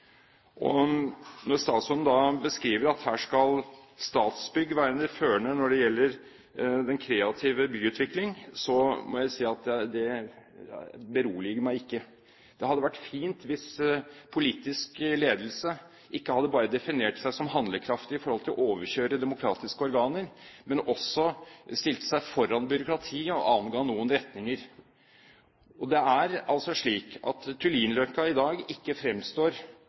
Når statsråden beskriver at her skal Statsbygg være førende når det gjelder den kreative byutvikling, må jeg si at det beroliger meg ikke. Det hadde vært fint hvis politisk ledelse ikke bare hadde definert seg som handlekraftig i forhold til å overkjøre demokratiske organer, men også stilte seg foran byråkratiet og anga noen retninger. Det er altså slik at Tullinløkka i dag ikke fremstår